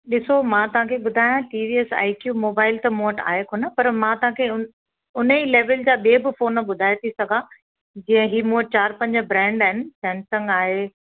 ॾिसो मां तव्हांखे ॿुधायां T V S iQube mobile त मूं वटि आहे कोन्ह पर मां तव्हांखे उन ई लैवल जा ॿिए बि फ़ोन ॿुधाए थी सघां जीअं हीअ मूं वटि चारि पंज ब्रैंड आहिनि सैमसंग आहे